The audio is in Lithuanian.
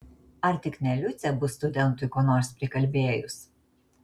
ar tik ne liucė bus studentui ko nors prikalbėjus